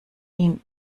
ihn